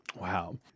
Wow